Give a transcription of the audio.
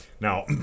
Now